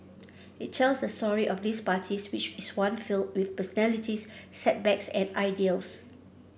it tells the story of these parties which is one filled with personalities setbacks and ideals